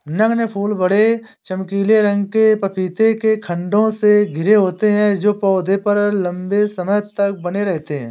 नगण्य फूल बड़े, चमकीले रंग के पपीते के खण्डों से घिरे होते हैं जो पौधे पर लंबे समय तक बने रहते हैं